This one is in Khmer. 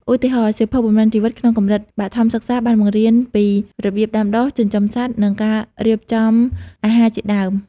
ឧទាហរណ៍ សៀវភៅ បំណិនជីវិត ក្នុងកម្រិតបឋមសិក្សាបានបង្រៀនពីរបៀបដាំដុះ ចិញ្ចឹមសត្វ និងការរៀបចំអាហារជាដើម។